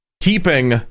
keeping